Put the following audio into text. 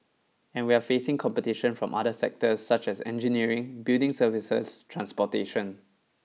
and we're facing competition from the other sectors such as engineering building services transportation